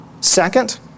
second